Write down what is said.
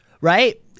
right